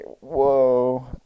whoa